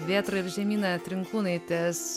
vėtra ir žemyna trinkūnaitės